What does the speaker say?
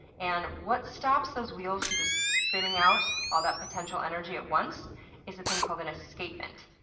and what stops those wheels from just spinning out all that potential energy at once is a thing called an escapement,